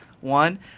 One